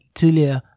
tidligere